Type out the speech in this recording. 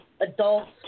adults